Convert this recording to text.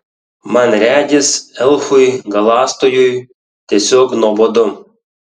man regis elfui galąstojui tiesiog nuobodu